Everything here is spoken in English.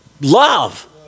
love